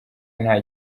nta